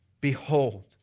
Behold